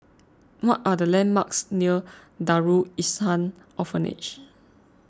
what are the landmarks near Darul Ihsan Orphanage